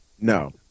No